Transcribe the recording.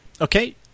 Okay